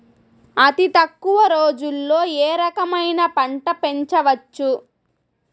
అతి తక్కువ రోజుల్లో ఏ రకమైన పంట పెంచవచ్చు?